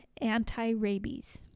anti-rabies